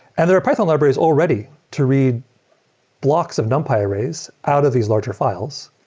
and there are python libraries already to read blocks of numpy arrays out of these larger files.